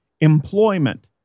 employment